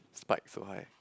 spike so high